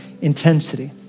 intensity